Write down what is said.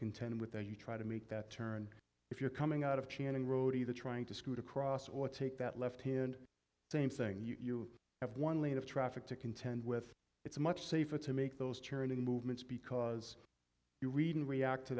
contend with there you try to make that turn if you're coming out of chanting road either trying to scoot across or take that left hand same thing you have one lane of traffic to contend with it's a much safer to make those churning movements because you read and react to